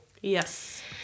Yes